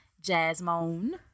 Jasmine